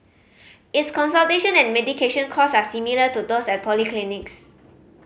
its consultation and medication cost are similar to those at polyclinics